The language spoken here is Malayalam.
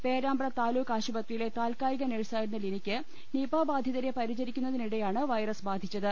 പേരാമ്പ്ര താലൂക്ക് ആശുപത്രിയിലെ താൽക്കാലിക നഴ്സായി രുന്ന ലിനിയ്ക്ക് നിപ ബാധിതരെ പരിചരിക്കുന്നതിനിടെയാണ് വൈറസ് ബാധിച്ചത്